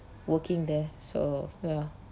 working there so ya